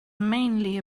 mainly